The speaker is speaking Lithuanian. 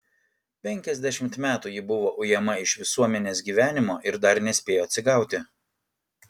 penkiasdešimt metų ji buvo ujama iš visuomenės gyvenimo ir dar nespėjo atsigauti